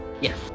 yes